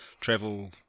travel